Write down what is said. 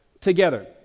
together